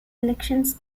elections